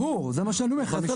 ברור, זה מה שאני אומר לך.